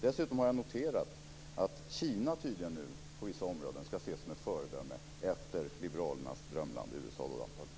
Dessutom har jag noterat att Kina tydligen nu på vissa områden ska ses som ett föredöme - efter liberalernas drömland USA, antagligen.